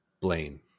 Blaine